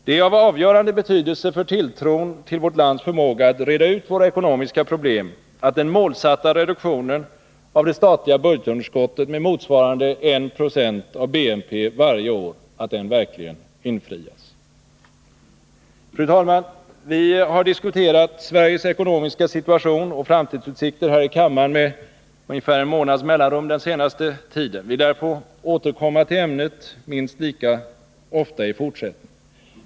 Det är av avgörande betydelse för tilltron till vårt lands förmåga att reda ut våra ekonomiska problem, att den målsatta reduktionen av det statliga budgetunderskottet med motsvarande 1 26 av BNP varje år verkligen infrias. Fru talman! Vi har diskuterat Sveriges ekonomiska situation och framtidsutsikter här i kammaren med ungefär en månads mellanrum den senaste tiden. Vi lär få återkomma till ämnet minst lika ofta i fortsättningen.